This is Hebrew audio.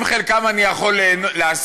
עם חלקם אני יכול להסכים,